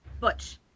Butch